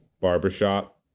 barbershop